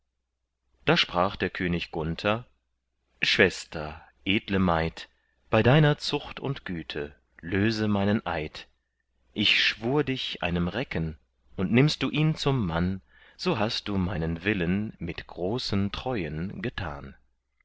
da sprach der könig gunther schwester edle maid bei deiner zucht und güte löse meinen eid ich schwur dich einem recken und nimmst du ihn zum mann so hast du meinen willen mit großen treuen getan